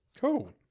Cool